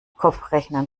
kopfrechnen